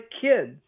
kids